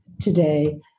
today